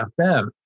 FM